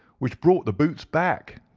which brought the boots back.